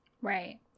right